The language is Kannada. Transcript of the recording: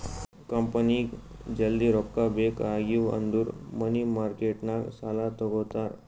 ಕಂಪನಿಗ್ ಜಲ್ದಿ ರೊಕ್ಕಾ ಬೇಕ್ ಆಗಿವ್ ಅಂದುರ್ ಮನಿ ಮಾರ್ಕೆಟ್ ನಾಗ್ ಸಾಲಾ ತಗೋತಾರ್